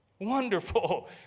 wonderful